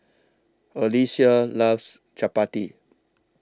Alyssia loves Chappati